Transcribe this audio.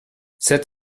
sept